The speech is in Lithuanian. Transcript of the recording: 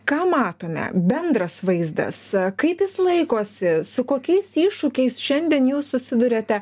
ką matome bendras vaizdas kaip jis laikosi su kokiais iššūkiais šiandien jūs susiduriate